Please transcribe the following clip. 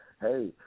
hey